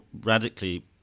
radically